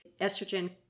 estrogen